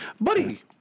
Buddy